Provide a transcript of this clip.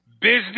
Business